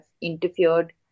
interfered